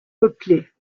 peuplé